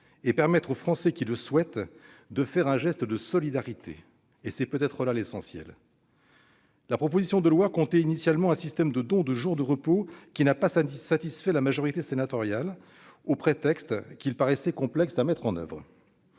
et permettre aux Français qui le souhaitent de faire un geste de solidarité- c'est peut-être là l'essentiel. La proposition de loi comportait initialement un système de don de jours de repos qui n'a pas satisfait la majorité sénatoriale, sous prétexte qu'il paraissait complexe à mettre en oeuvre.